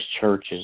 churches